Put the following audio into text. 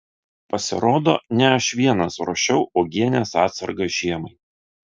pasirodo ne aš vienas ruošiau uogienės atsargas žiemai